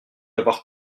avoir